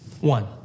One